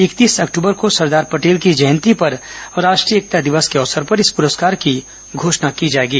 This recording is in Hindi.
इकतीस अक्टूबर को सरदार पटेल की जयंती पर राष्ट्रीय एकता दिवस के अवसर पर इस पुरस्कार की घोषणा की जाएगी